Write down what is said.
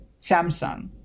Samsung